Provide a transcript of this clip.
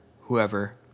whoever